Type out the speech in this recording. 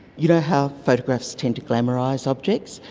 you know how photographs tend to glamorise objects?